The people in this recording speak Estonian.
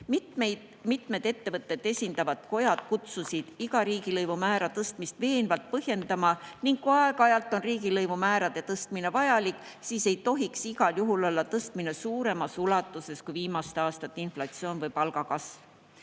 ettevõtteid esindavad kojad kutsusid iga riigilõivumäära tõstmist veenvalt põhjendama. Kui aeg-ajalt on riigilõivumäärade tõstmine vajalik, siis ei tohiks igal juhul olla tõstmine suuremas ulatuses kui viimaste aastate inflatsioon või palgakasv. Kohtudes